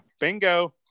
bingo